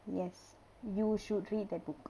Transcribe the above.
yes you should read that book